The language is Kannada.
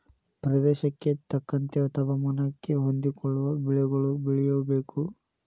ಪ್ರದೇಶಕ್ಕೆ ತಕ್ಕಂತೆ ತಾಪಮಾನಕ್ಕೆ ಹೊಂದಿಕೊಳ್ಳುವ ಬೆಳೆಗಳು ಬೆಳೆಯಬೇಕು